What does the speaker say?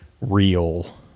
real